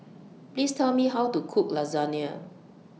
Please Tell Me How to Cook Lasagna